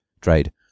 trade